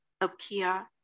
appear